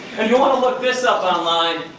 and you want to look this up online.